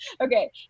Okay